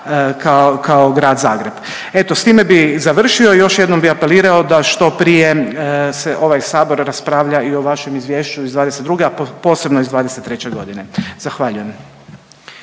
kao Grad Zagreb. Eto s time bi završio i još jednom bi apelirao da što prije se ovaj Sabor raspravlja i o vašem izvješću iz '22., a posebno iz '23.g.. Zahvaljujem.